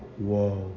whoa